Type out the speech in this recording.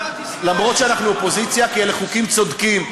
למרות שאנחנו אופוזיציה כי אלה חוקים צודקים.